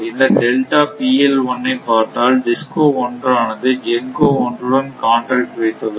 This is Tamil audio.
இந்த ஐ பார்த்தால் DISCO 1 ஆனது GENCO 1 உடன் காண்ட்ராக்ட் வைத்துள்ளது